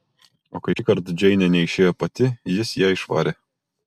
o kai šįkart džeinė neišėjo pati jis ją išvarė